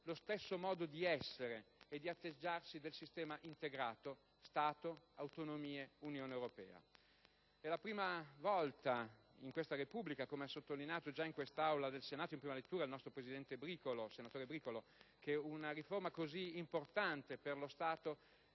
lo stesso modo di essere e di atteggiarsi del sistema integrato Stato, autonomie ed Unione europea. È la prima volta nella storia di questa Repubblica, come ha già sottolineato in quest'Aula del Senato in prima lettura il nostro presidente senatore Bricolo, che una riforma così importante per lo Stato